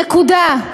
נקודה.